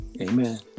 Amen